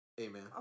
Amen